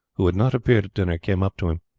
who had not appeared at dinner, came up to him.